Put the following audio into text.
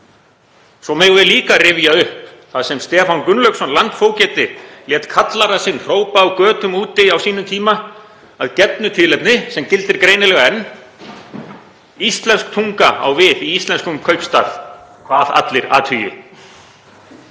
Svo megum við líka rifja upp það sem Stefán Gunnlaugsson landfógeti lét kallara sinn hrópa á götum úti á sínum tíma, að gefnu tilefni sem gildir greinilega enn: „Íslensk tunga á við í íslenskum kaupstað, hvað allir athugi.“